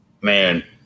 man